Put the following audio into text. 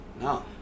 No